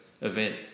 event